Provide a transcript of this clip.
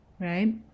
right